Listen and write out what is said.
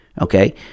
Okay